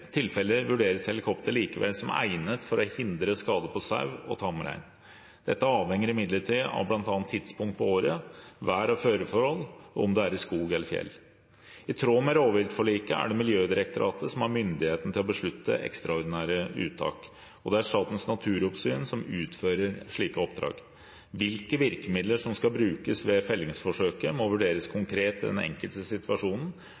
vurderes helikopter likevel som egnet for å hindre skade på sau og tamrein. Dette avhenger imidlertid av bl.a. tidspunkt på året, vær- og føreforhold og om det er i skog eller fjell. I tråd med rovviltforliket er det Miljødirektoratet som har myndigheten til å beslutte ekstraordinære uttak. Det er Statens naturoppsyn som utfører slike oppdrag. Hvilke virkemidler som skal brukes ved fellingsforsøket, må vurderes konkret i den enkelte situasjonen,